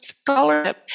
Scholarship